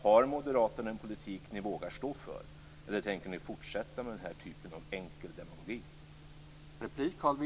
Har moderaterna en politik ni vågar stå för, eller tänker ni fortsätta med den här typen av enkel demagogi?